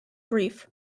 grief